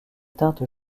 teinte